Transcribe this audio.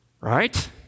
right